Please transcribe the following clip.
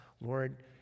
Lord